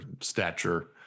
stature